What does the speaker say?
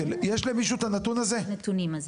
אוקי, יש למישהו את הנתונים האלו?